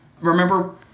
Remember